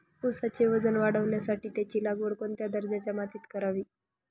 ऊसाचे वजन वाढवण्यासाठी त्याची लागवड कोणत्या दर्जाच्या मातीत करावी?